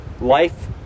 life